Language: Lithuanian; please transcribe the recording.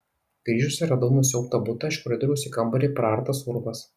grįžusi radau nusiaubtą butą iš koridoriaus į kambarį praartas urvas